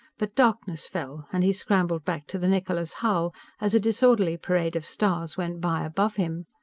but darkness fell, and he scrambled back to the niccola's hull as a disorderly parade of stars went by above him.